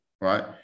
right